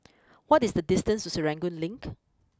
what is the distance to Serangoon Link